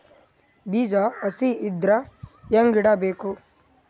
ಬೀಜ ಹಸಿ ಇದ್ರ ಹ್ಯಾಂಗ್ ಇಡಬೇಕು?